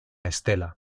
estela